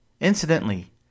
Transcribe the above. Incidentally